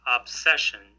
obsession